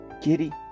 Kitty